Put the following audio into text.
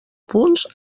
punts